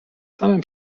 samym